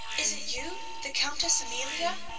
is it you, the countess amelia?